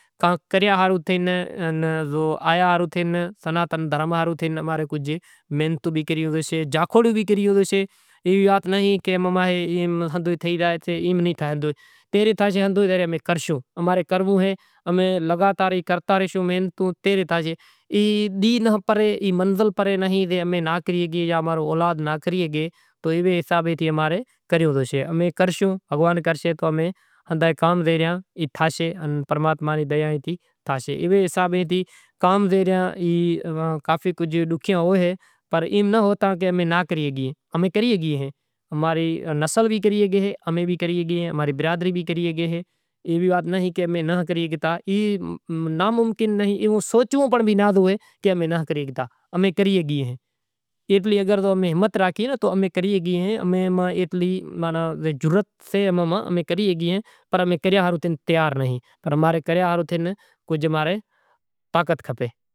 کریا ہاروں تھے کرے کجھ محنتوں بھہی کریوں ہوسیں جاکھوڑ بھی کرنوی ہوسے۔ ای ناں پرے منزل پرے نائیں جو امارو اولاد نیکرے زائے۔ پرماتما نی دیا اے ای کھاشیں ای کام زکو ریا اے ڈوکھیا سے پر ایوی وات نائیں ایوا سوچنڑو بھی نہیں کہ اتلی جرئت سے پنڑ امیں کریا ہاروں تیار نئیں امیں کریا ہارروں کجھ طاقت کھپے۔ پانڑی وری برتن میں راکھو وری روٹلا گھڑو وری سوکرا اشکول زائیں تو ناشتو کرے۔ واٹرے زایاں کوئی سہیلی آوے تو کچہری کرنڑ مٹی زاواں، کوئی ٹی وی بھی زوئاں، کوئی موبائیل سے تو تھوڑا گھنڑا ٹیم پاس کراں، رات پڑے تو وڑی ہوئی راں، واٹرے زائے لگڑاں بگڑاں دھوئاں، وری آوے تو استری کرے بھیکاں، ور شاگ کراں پٹاٹاں نو وری کوئی ڈونگری واڈھاں، وری پٹاٹا ناکھاں، مرساں ناکھاں کوئی مشالو وری ڈاکھیں ناکھاں وری روٹلا گھڑے سوکراں نیں ہالاں سوکراں کھائی راں کوئی آدمی آوے تو ایئے ناں چانہیں پانڑی ہالاں دہاڑو اوگے تو وڑی اوٹھاں وڑے مزوری زاواں کوئی شہر بھی زائاں وری ایئں پسند آوے تو ہاڑہی کوئی منگل سوتر سے کوئی ٹیلڑ سے او لئی آواں۔